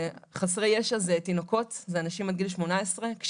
חסרי ישע זה תינוקות, זה אנשים עד גיל 18, קשישים.